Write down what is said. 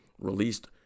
released